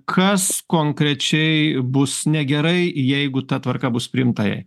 kas konkrečiai bus negerai jeigu ta tvarka bus priimta jai